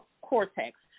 cortex